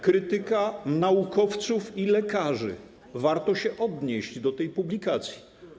Krytyka naukowców i lekarzy” - warto się odnieść do tej publikacji.